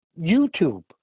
YouTube